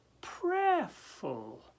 prayerful